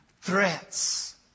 Threats